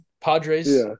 Padres